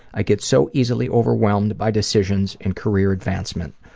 i get so easily overwhelmed by decisions in career advancement.